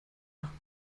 machen